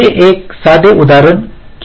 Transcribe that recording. हे एक साधे उदाहरण घेऊ